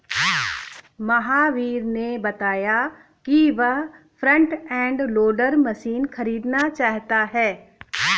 महावीर ने बताया कि वह फ्रंट एंड लोडर मशीन खरीदना चाहता है